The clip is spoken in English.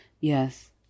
Yes